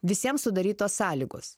visiems sudarytos sąlygos